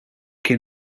che